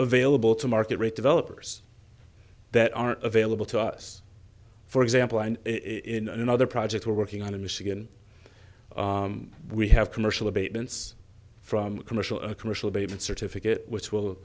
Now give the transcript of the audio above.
available to market rate developers that are available to us for example and in another project we're working on in michigan we have commercial abatements from commercial commercial baby and certificate which will